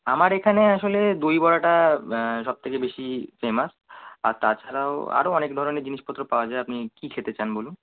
আমার এখানে আসলে দই বড়াটা সবথেকে বেশি ফেমাস আর তাছাড়াও আরও অনেক ধরনের জিনিসপত্র পাওয়া যায় আপনি কী খেতে চান বলুন